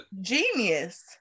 genius